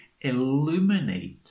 illuminate